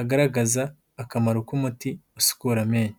agaragaza akamaro k'umuti usukura amenyo.